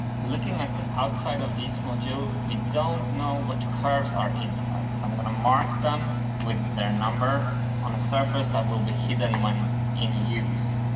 looking at the outside of this module, we don't know what curves are inside. so i'm gonna mark them with their number on a surface that will be hidden when in use.